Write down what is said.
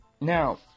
Now